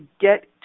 get